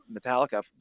metallica